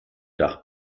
dach